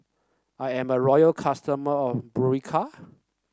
I am a loyal customer of Berocca